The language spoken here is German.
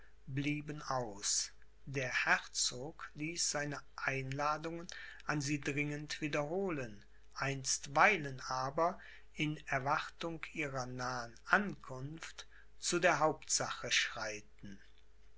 blieben aus der herzog ließ seine einladungen an sie dringend wiederholen einstweilen aber in erwartung ihrer nahen ankunft zu der hauptsache schreiten